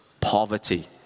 poverty